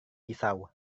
pisau